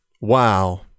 Wow